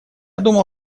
думал